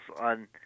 on